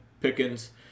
Pickens